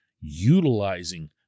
utilizing